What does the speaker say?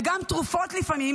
וגם תרופות לפעמים,